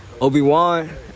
Obi-Wan